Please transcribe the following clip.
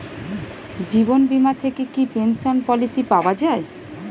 জীবন বীমা থেকে কি পেনশন পলিসি পাওয়া যায়?